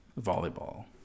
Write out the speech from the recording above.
volleyball